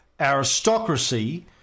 aristocracy